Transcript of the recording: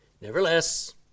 Nevertheless